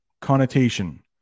connotation